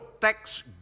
tax